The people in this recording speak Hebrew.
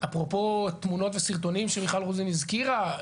אפרופו תמונות וסרטונים שמיכל רוזין הזכירה.